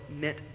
meant